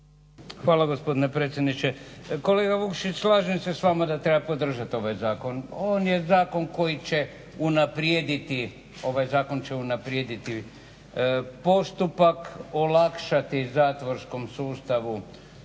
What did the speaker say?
lijepo gospodine predsjedniče. Kolega Vukšić slažem se s vama da treba podržati ovaj zakon. On je zakon koji će unaprijediti postupak olakšati zatvorskom sustavu